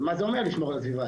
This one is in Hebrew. ומה זה אומר לשמור על הסביבה?